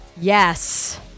Yes